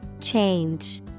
Change